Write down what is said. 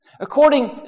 According